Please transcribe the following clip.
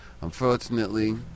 Unfortunately